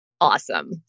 Awesome